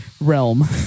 realm